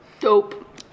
Dope